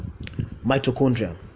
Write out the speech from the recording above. Mitochondria